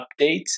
updates